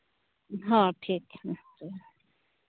ᱦᱚᱸ ᱴᱷᱤᱠ ᱢᱟ ᱛᱚᱵᱮ